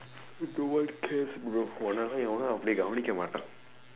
no one cares bro உன்ன எல்லாம் எவனும் அவ்வளவு கவனிக்க மாட்டான்:unna ellaam evanum avvalavu kavanikka maatdaan